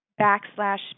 backslash